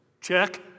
Check